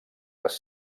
les